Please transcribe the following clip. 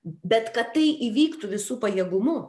bet kad tai įvyktų visu pajėgumu